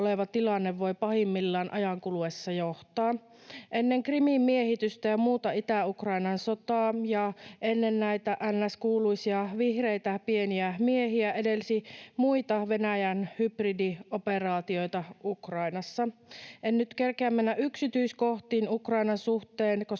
oleva tilanne voi pahimmillaan ajan kuluessa johtaa. Krimin miehitystä ja muuta Itä-Ukrainan sotaa ja näitä kuuluisia ns. vihreitä pieniä miehiä edelsi muita Venäjän hybridioperaatioita Ukrainassa. En nyt kerkeä mennä yksityiskohtiin Ukrainan suhteen,